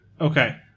okay